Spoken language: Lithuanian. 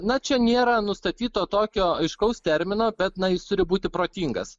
na čia nėra nustatyto tokio aiškaus termino bet na jis turi būti protingas